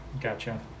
Gotcha